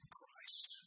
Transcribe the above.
Christ